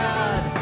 God